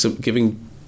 giving